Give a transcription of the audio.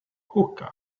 hookah